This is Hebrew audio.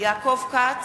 יעקב כץ,